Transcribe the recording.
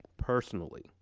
Personally